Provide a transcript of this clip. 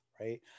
right